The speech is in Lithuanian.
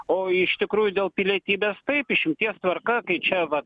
o iš tikrųjų dėl pilietybės taip išimties tvarka kai čia va